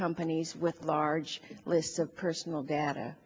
companies with large lists of personal data